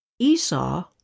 Esau